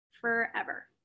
forever